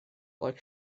like